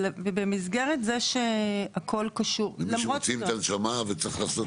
למי שמוציאים את הנשמה וצריכים לעשות